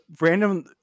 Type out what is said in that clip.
random